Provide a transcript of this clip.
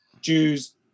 Jews